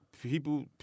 people